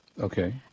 Okay